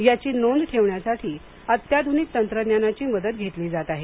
याची नोंद ठेवण्यासाठी अत्याधूनिक तंत्रज्ञानाची मदत घेतली जात आहे